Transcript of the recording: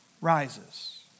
rises